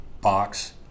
box